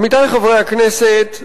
עמיתי חברי הכנסת,